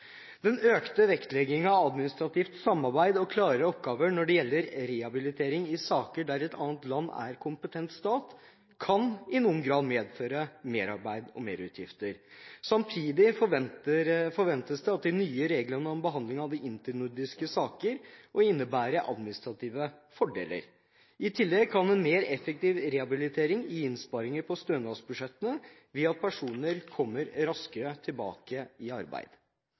Den økte vektleggingen av administrativt samarbeid og klarere oppgaver når det gjelder rehabilitering i saker der et annet land er kompetent stat, kan i noen grad medføre merarbeid og merutgifter. Samtidig forventes de nye reglene om behandlingen av internordiske saker å innebære administrative fordeler. I tillegg kan en mer effektiv rehabilitering gi innsparinger på stønadsbudsjettene ved at personer kommer raskere tilbake i arbeid.